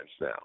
now